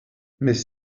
mais